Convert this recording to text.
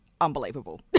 unbelievable